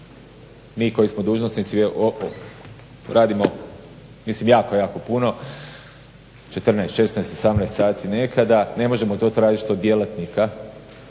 Mi koji smo dužnosnici radimo mislim jako, jako puno 14, 16, 18 sati nekada. Ne možemo to tražiti od djelatnika